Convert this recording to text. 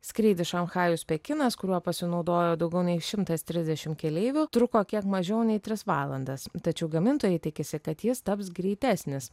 skrydis šanchajus pekinas kuriuo pasinaudojo daugiau nei šimtas trisdešim keleivių truko kiek mažiau nei tris valandas tačiau gamintojai tikisi kad jis taps greitesnis